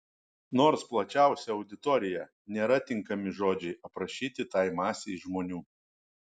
nors plačiausia auditorija nėra tinkami žodžiai aprašyti tai masei žmonių